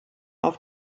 auf